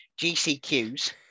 GCQs